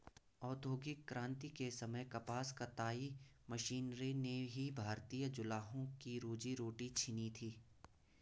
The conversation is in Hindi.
औद्योगिक क्रांति के समय कपास कताई मशीनरी ने ही भारतीय जुलाहों की रोजी रोटी छिनी थी